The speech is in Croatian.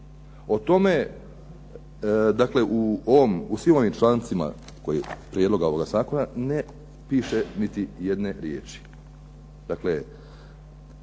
O tome dakle u ovom, u svim ovim člancima, Prijedloga ovog zakona ne piše niti jedne riječi.